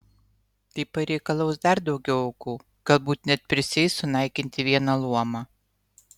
tai pareikalaus dar daugiau aukų galbūt net prisieis sunaikinti vieną luomą